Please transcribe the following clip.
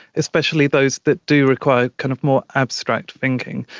especially those that do require kind of more abstract thinking.